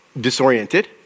Disoriented